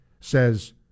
says